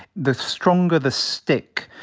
the stronger the stick,